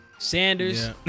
sanders